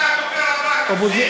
אתה הדובר הבא, תפסיק.